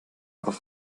auf